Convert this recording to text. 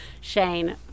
Shane